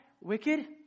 wicked